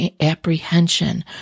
apprehension